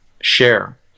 share